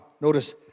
notice